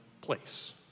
place